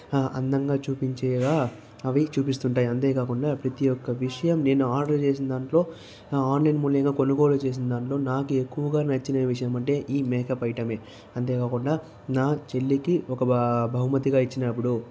ఆ అందంగా చూపించేగా అవి చూపిస్తుంటాయి అంతే కాకుండా ప్రతి ఒక్క విషయం నేను ఆర్డర్ చేసిన దాంట్లో ఆన్లైన్ మూల్యంగా కొనుగోలు చేసిన దాంట్లో నాకు ఎక్కువగా నచ్చిన విషయం అంటే ఈ మేకప్ ఐటం అంతేకాకుండా నా చెల్లికి ఒక బహుమతిగా ఇచ్చినప్పుడు